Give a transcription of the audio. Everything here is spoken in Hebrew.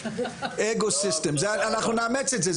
אנחנו נאמץ את זה,